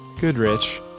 Goodrich